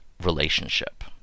relationship